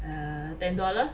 err ten dollar